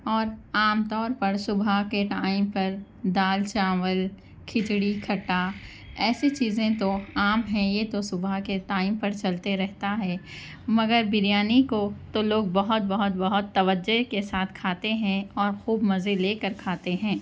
اور عام طور پر صبح کے ٹائم پر دال چاول کھچڑی کھٹّا ایسی چیزیں تو عام ہیں یہ تو صبح کے ٹائم پر چلتے رہتا ہے مگر بریانی کو تو لوگ بہت بہت بہت توجہ کے ساتھ کھاتے ہیں اور خوب مزے لے کر کھاتے ہیں